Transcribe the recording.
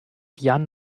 jan